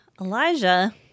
Elijah